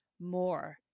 more